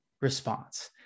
response